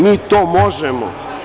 Mi to možemo.